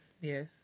Yes